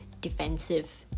defensive